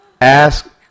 Ask